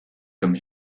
comme